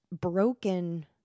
broken